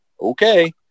okay